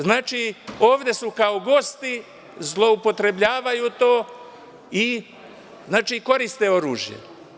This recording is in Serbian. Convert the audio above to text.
Znači, ovde su kao gosti, zloupotrebljavaju to i koriste oružje.